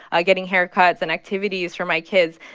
ah getting haircuts and activities for my kids,